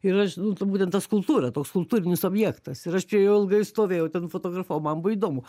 ir aš turbūt ten ta skulptūra toks kultūrinis objektas ir aš prie jo ilgai stovėjau ten fotografavau man buvo įdomu